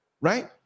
right